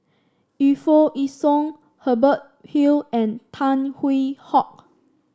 Yu Foo Yee Shoon Hubert Hill and Tan Hwee Hock